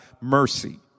mercy